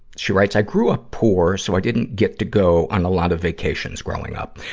she writes, i grew up poor, so i didn't get to go on a lot of vacations growing up.